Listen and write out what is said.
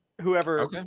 whoever